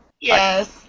Yes